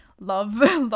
love